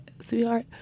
Sweetheart